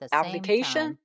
application